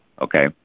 Okay